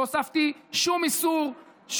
לא הוספתי שום איסור,